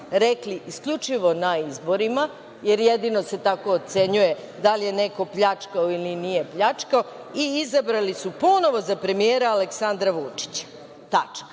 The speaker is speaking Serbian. rekli isključivo na izborima, jer jedino se tako ocenjuje da li je neko pljačkao ili nije pljačkao, i izabrali su ponovo za premijera Aleksandra Vučića. Tačka.